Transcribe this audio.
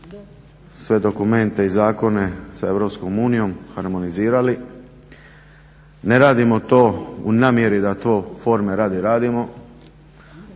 sve dokumente i zakone sa EU, harmonizirali ne radimo to u namjeri da to forme radi radimo